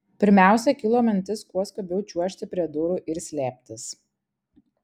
pirmiausia kilo mintis kuo skubiau čiuožti prie durų ir slėptis